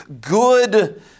good